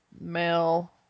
male